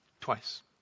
twice